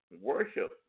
worship